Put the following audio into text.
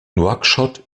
nouakchott